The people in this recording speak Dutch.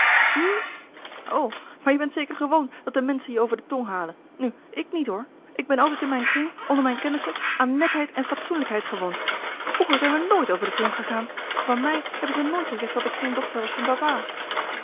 o maar je bent zeker gewoon dat de menschen je over de tong halen nu ik niet hoor ik ben altijd in mijn louis couperus de boeken der kleine zielen kring onder mijn kennissen aan netheid en fatsoenlijkheid gewoon vroeger zijn we nooit over de tong gegaan van mij hebben ze nooit gezegd dat ik geen dochter was van papa